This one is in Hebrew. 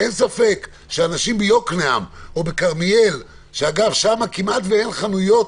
אין ספק שאנשים ביקנעם או בכרמיאל - ושם כמעט אין חנויות